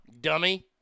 dummy